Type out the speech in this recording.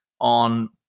on